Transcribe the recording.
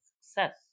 success